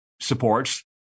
supports